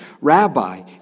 Rabbi